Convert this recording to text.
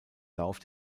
lauf